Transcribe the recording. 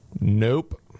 Nope